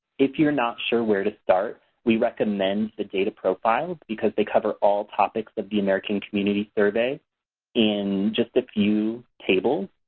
if you're not sure where to start, we recommended data profiles because they cover all topics of the american community survey in just a few tables,